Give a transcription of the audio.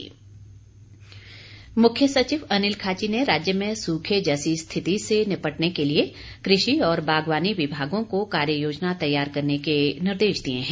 मुख्य सचिव मुख्य सचिव अनिल खाची ने राज्य में सूखे जैसी स्थिति से निपटने के लिए कृषि और बागवानी विभागों को कार्य योजना तैयार करने के निर्देश दिए हैं